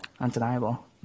undeniable